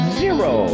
zero